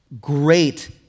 great